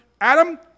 Adam